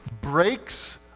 breaks